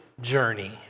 journey